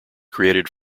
created